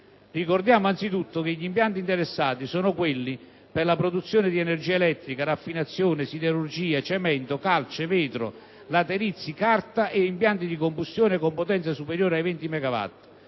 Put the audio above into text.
Ricordiamo anzitutto che gli impianti interessati sono quelli per la produzione di energia elettrica, raffinazione, siderurgia, cemento, calce, vetro, laterizi, carta ed impianti di combustione con potenza superiore ai 20 megawatt.